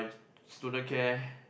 student care